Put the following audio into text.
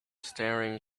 staring